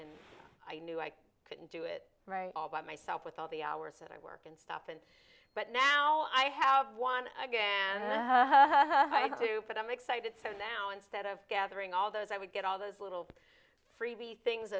and i knew i couldn't do it all by myself with all the hours that i work and stop and but now i have one again i do but i'm excited so now instead of gathering all those i would get all those little freebie things